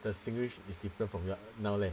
the singlish is different from your now leh